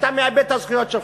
אתה מאבד את הזכויות שלך.